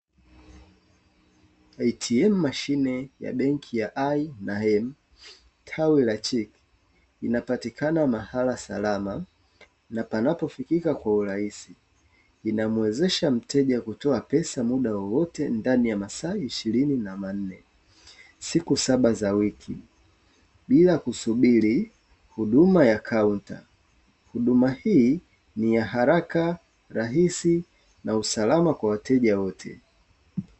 ATM mashine ya benki ya IM. Tawi la chini Iinapatikana mahala salama na panapofikika kwa urahisi, inamwezesha mteja kutoa pesa muda wowote ndani ya masaa ishirini na manne siku saba za wiki, bila kusubiri huduma ya kaunta Huduma hii ni ya haraka rahisi na usalama kwa wateja wote.